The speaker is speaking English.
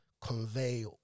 convey